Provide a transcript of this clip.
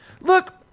Look